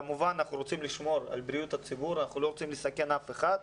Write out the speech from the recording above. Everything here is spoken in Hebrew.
כמובן אנחנו רוצים לשמור על בריאות הציבור ולא לסכן אף אחד.